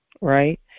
right